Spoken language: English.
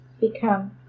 become